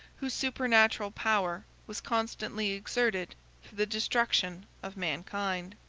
whose supernatural power was constantly exerted for the destruction of mankind.